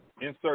Insert